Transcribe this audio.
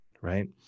right